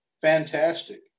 fantastic